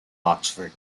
oxford